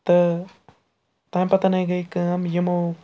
تہٕ تَمہِ پَتَنَے گٔے کٲم یِمو